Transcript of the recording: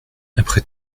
après